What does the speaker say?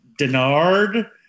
Denard